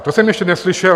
To jsem ještě neslyšel.